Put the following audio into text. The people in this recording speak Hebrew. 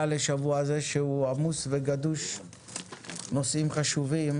לשבוע הזה שהוא עמוס וגדוש נושאים חשובים,